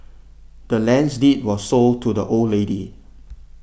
the land's deed was sold to the old lady